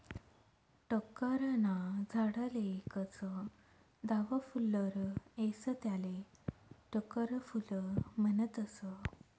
टोक्कर ना झाडले एकच दाव फुल्लर येस त्याले टोक्कर फूल म्हनतस